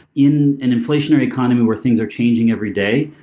in an inflationary economy where things are changing every day,